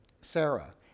Sarah